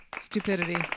stupidity